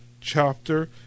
chapter